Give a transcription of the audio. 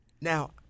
Now